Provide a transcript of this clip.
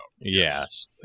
Yes